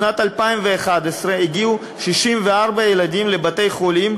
בשנת 2011 הגיעו 64 ילדים לבתי-חולים